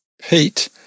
Pete